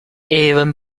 even